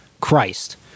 Christ